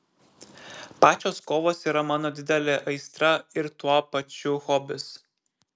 pačios kovos yra mano didelė aistra ir tuo pačiu hobis